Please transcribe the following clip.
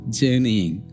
journeying